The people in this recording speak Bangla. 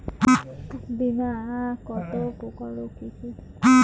বীমা কত প্রকার ও কি কি?